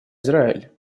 израиль